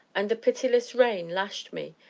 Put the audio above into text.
and the pitiless rain lashed me,